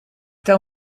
tel